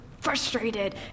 frustrated